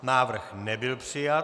Návrh nebyl přijat.